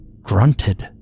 grunted